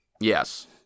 Yes